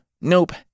Nope